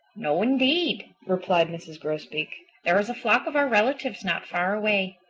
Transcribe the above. no, indeed, replied mrs. grosbeak. there is a flock of our relatives not far away.